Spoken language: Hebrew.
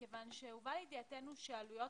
מכיוון שהובא לידיעתנו שעלויות